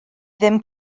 ddim